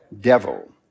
devil